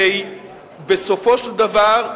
שבסופו של דבר,